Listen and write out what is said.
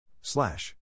slash